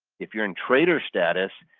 if you're in trader status,